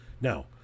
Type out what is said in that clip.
now